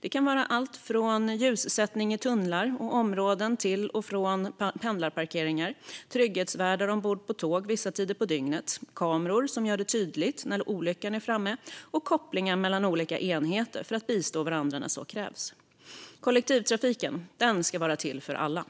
Det kan handla om ljussättning i tunnlar och områden på väg till och från pendlarparkeringar, trygghetsvärdar ombord på tåg vissa tider på dygnet, kameror som gör det tydligt när olyckan är framme och kopplingar mellan olika enheter för att bistå varandra när så krävs. Kollektivtrafiken ska vara till för alla.